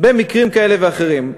במקרים כאלה ואחרים.